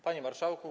Panie Marszałku!